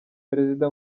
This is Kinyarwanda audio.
perezida